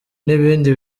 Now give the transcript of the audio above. n’ibindi